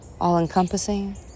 all-encompassing